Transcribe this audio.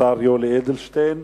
השר יולי אדלשטיין.